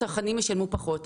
הצרכנים ישלמו פחות.